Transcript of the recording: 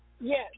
Yes